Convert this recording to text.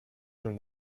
from